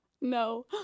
No